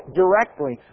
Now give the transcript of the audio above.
directly